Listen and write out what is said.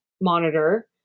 monitor